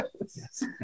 Yes